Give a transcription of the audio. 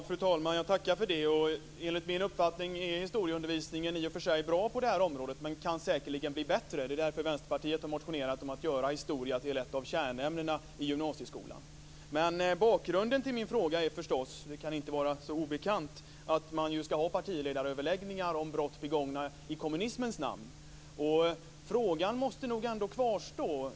Fru talman! Jag tackar för det. Enligt min uppfattning är historieundervisningen i och för sig bra på det här området, men den kan säkerligen bli bättre. Det är därför som Vänsterpartiet har motionerat om att göra historia till ett av kärnämnena i gymnasieskolan. Bakgrunden till min fråga är förstås, vilket inte kan vara så obekant, att det skall ske partiöverläggningar om brott begångna i kommunismens namn. Frågan måste nog ändå kvarstå.